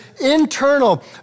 internal